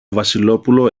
βασιλόπουλο